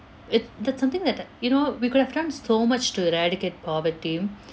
it that something that you know we could have done so much to eradicate poverty